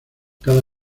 cada